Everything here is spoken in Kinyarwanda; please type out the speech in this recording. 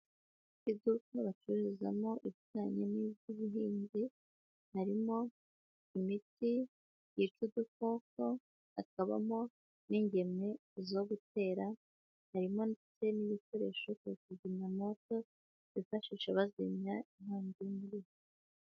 Iduka bacururizamo ibijyanye n'iby'ubuhinzi, harimo imiti yica udukoko, hakabamo n'ingemwe zo gutera, harimo ndetse n'ibikoresho bya kizimyamoto bifashisha bazimya inkongi y'umuriro.